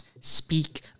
speak